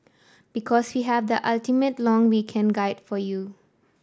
because we have the ultimate long weekend guide for you